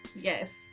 Yes